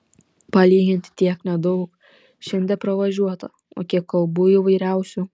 palyginti tiek nedaug šiandie pravažiuota o kiek kalbų įvairiausių